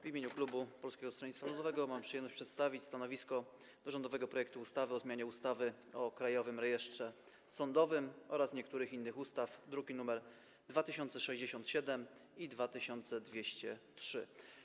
W imieniu klubu Polskiego Stronnictwa Ludowego mam przyjemność przedstawić stanowisko wobec rządowego projektu ustawy o zmianie ustawy o Krajowym Rejestrze Sądowym oraz niektórych innych ustaw, druki nr 2067 i 2203.